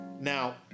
Now